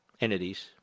entities